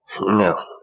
No